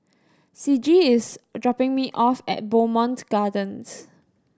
Ciji is dropping me off at Bowmont Gardens